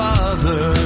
Father